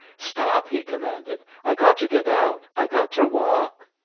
stop! he commanded. i got ter get out. i got ter walk.